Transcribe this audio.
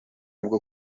bwo